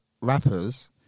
rappers